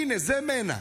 הינה, זה מנע.